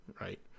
right